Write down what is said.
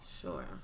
Sure